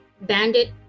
Bandit